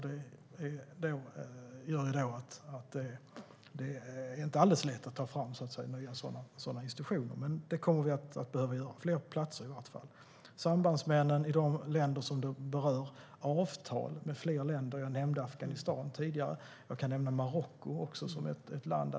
Det gör det inte alldeles lätt att ta fram nya sådana institutioner. Men vi kommer att behöva fler platser. Vi behöver sambandsmän i de länder som berörs och avtal med fler länder. Tidigare nämnde jag Afghanistan. Jag kan också nämna Marocko.